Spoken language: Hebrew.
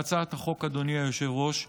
אדוני היושב-ראש,